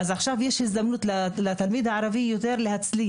עכשיו יש יותר הזדמנות לתלמיד הערבי להצליח.